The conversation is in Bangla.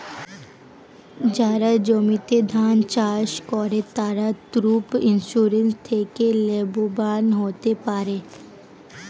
যারা জমিতে ধান চাষ করে তারা ক্রপ ইন্সুরেন্স থেকে লাভবান হতে পারে